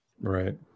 Right